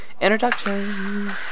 Introduction